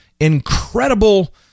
incredible